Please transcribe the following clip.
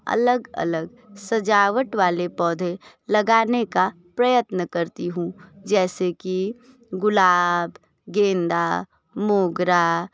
अलग अलग सजावट वाले पौधे लगाने का प्रयत्न करती हूँ जैसे कि गुलाब गेंदा मोगरा